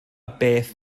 beth